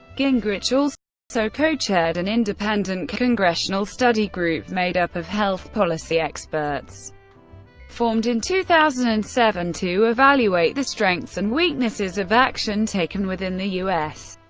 gingrich also so co-chaired an independent congressional study group made up of health policy experts formed in two thousand and seven to evaluate the strengths and weaknesses of action taken within the u s.